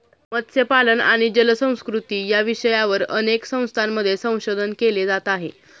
मत्स्यपालन आणि जलसंस्कृती या विषयावर अनेक संस्थांमध्ये संशोधन केले जात आहे